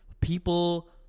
People